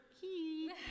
key